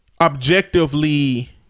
objectively